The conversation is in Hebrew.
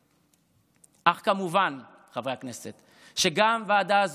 אך כמובן, חברי הכנסת, שגם ועדה זו,